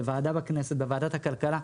בוועדת הכלכלה,